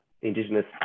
indigenous